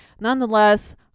Nonetheless